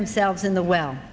themselves in the well